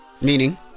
Meaning